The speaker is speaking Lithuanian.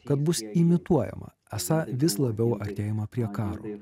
kad bus imituojama esą vis labiau artėjama prie karo